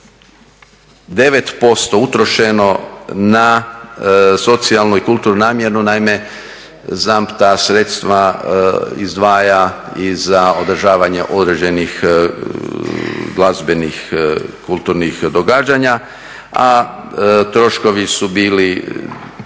9% utrošeno na socijalnu i kulturnu namjenu. Naime, ZAMP ta sredstva izdvaja i za održavanje određenih glazbenih, kulturnih događanja, a troškovi su bili